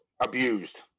abused